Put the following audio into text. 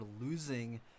losing